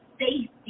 safety